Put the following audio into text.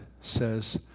says